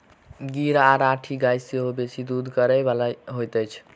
गीर आ राठी गाय सेहो बेसी दूध करय बाली होइत छै